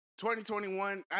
2021